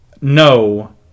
no